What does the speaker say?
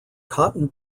cotton